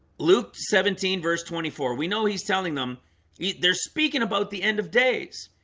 luke seventeen verse twenty four, we know he's telling them they're speaking about the end of days.